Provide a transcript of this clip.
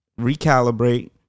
Recalibrate